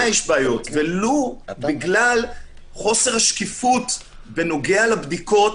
יש מספר שאלות שנשארו פתוחות בנוגע לחיסון